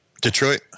Detroit